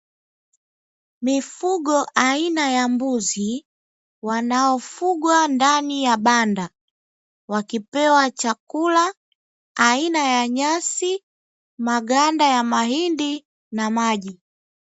Mifugo aina ya mbuzi wanaofugwa ndani ya banda, wakipewa chakula aina ya nyasi, maganda ya mahindi na maji.